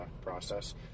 process